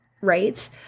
right